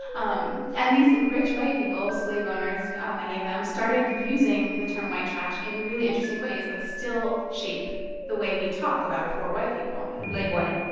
um and these rich white people slave owners many of them started using the term white trash in really interesting ways that still shape the way we talk about poor white people like what?